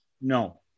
no